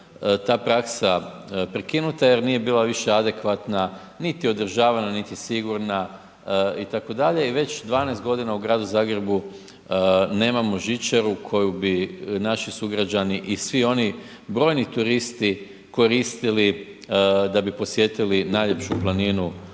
ta praksa prekinuta jer nije bila više adekvatna, niti je održavana, niti sigurna itd. i već 12 godina u gradu Zagrebu nemamo žičaru koju bi naši sugrađani i svi oni brojni turisti koristili da bi posjetili najljepšu planinu